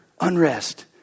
unrest